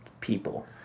People